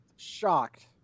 Shocked